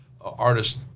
artist